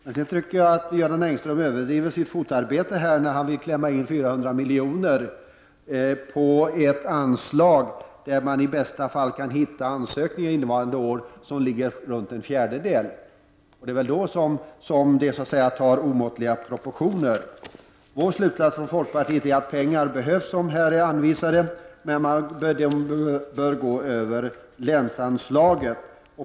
Men jag tycker att Göran Engström går till överdrift i sitt fotarbete när han talar för att 400 milj.kr. skall beviljas under ett anslag där man innevarande år i bästa fall kan få ansökningar som uppgår till runt en fjärdedel härav. Mot den bakgrunden får hans krav omåttliga proportioner. Folkpartiets slutsats är att de pengar som är anvisade behövs men bör utbetalas via länsanslagen.